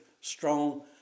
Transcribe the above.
strong